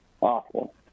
awful